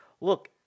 look